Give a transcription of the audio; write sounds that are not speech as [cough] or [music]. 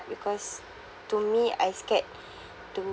because to me I scared [breath] to